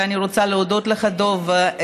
ואני רוצה להודות לך, דב.